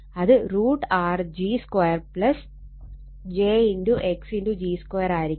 അത് √R g 2 j x g 2 ആയിരിക്കും